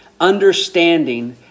understanding